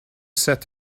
set